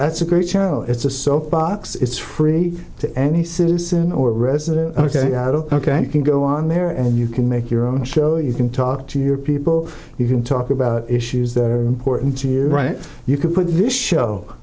that's a great channel it's a soap box it's free to any citizen or resident ok ok can go on there and you can make your own show you can talk to your people you can talk about issues that are important to you right you could put this show